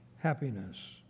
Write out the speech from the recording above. happiness